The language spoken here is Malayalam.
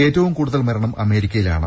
ഏറ്റവും കൂടുതൽ മരണം അമേരിക്കയിലാണ്